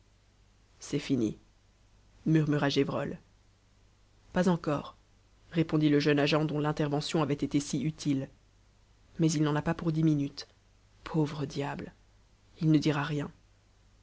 c'est fini murmura gévrol pas encore répondit le jeune agent dont l'intervention avait été si utile mais il n'en a pas pour dix minutes pauvre diable il ne dira rien